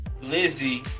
Lizzie